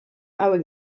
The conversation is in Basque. hauek